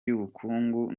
y’ubukungu